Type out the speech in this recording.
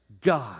God